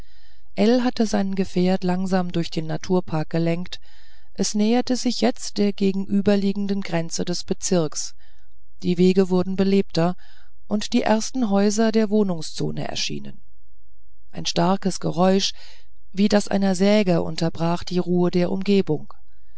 hatte sein gefährt langsam durch den naturpark gelenkt es näherte sich jetzt der gegenüberliegenden grenze des bezirks die wege wurden belebter und die ersten häuser der wohnungszone erschienen ein starkes geräusch wie das einer säge unterbrach die ruhe der umgebung